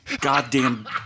goddamn